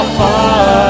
far